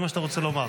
זה מה שאתה רוצה לומר.